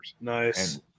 Nice